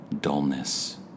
dullness